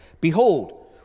Behold